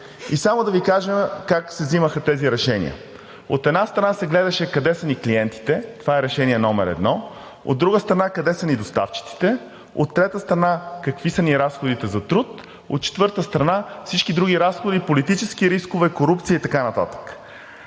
И само да Ви кажа как се взимаха тези решения. От една страна, се гледаше къде са ни клиентите – това е решение номер едно, от друга страна – къде са ни доставчиците, от трета страна – какви са ни разходите за труд, от четвърта страна, всички други разходи – политически рискове, корупция и така нататък.